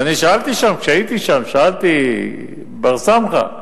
כשהייתי שם שאלתי בר-סמכא,